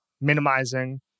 minimizing